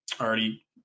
already